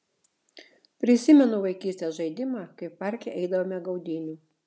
prisimenu vaikystės žaidimą kaip parke eidavome gaudynių